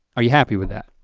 are you happy with that?